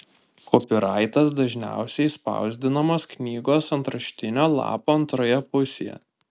kopiraitas dažniausiai spausdinamas knygos antraštinio lapo antroje pusėje